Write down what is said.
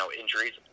injuries